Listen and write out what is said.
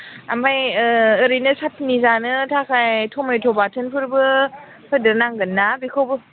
ओमफ्राय ओरैनो साथ्नि जानो थाखाय टमेट' बाथोनफोरबो होदेर नांगोनना बेखौबो